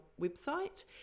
website